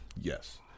yes